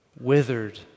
withered